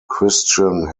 christian